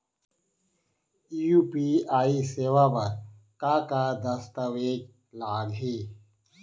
UPI सेवा बर का का दस्तावेज लागही?